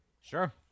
Sure